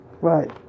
Right